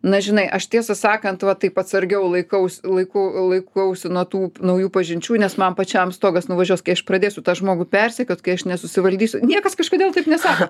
na žinai aš tiesą sakant va taip atsargiau laikaus laiku laikausi nuo tų naujų pažinčių nes man pačiam stogas nuvažiuos kai aš pradėsiu tą žmogų persekiot kai aš nesusivaldysiu niekas kažkodėl taip nesako